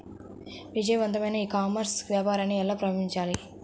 విజయవంతమైన e commerce వ్యాపారాన్ని ఎలా ప్రారంభించాలి?